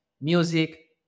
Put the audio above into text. music